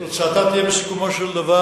שתוצאתה תהיה בסיכומו של דבר